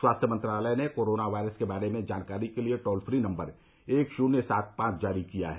स्वास्थ्य मंत्रालय ने कोरोना वायरस के बारे में जानकारी के लिए टोल फ्री नम्बर एक शुन्य सात पांच जारी किया है